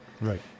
Right